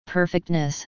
Perfectness